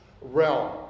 realm